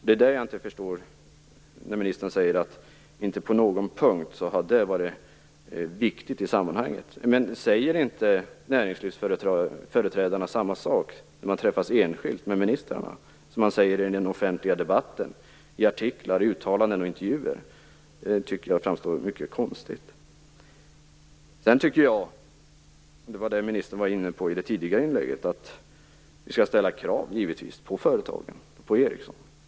Därför kan jag inte förstå det ministern säger om att detta inte på någon punkt har varit viktigt i sammanhanget. Säger inte näringslivsföreträdarna samma sak när de träffas enskilt med ministrarna som i den offentliga debatten, i artiklar, i uttalanden och intervjuer? Det framstår som mycket konstigt. Jag tycker, precis som ministern påpekade i sitt tidigare inlägg, att vi skall ställa krav på företagen, bl.a. på Ericsson.